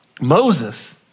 Moses